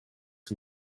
van